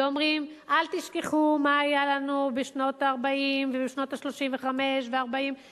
ואומרים: אל תשכחו מה היה לנו בשנות ה-40 וב-1935 ו-1942,